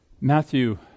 Matthew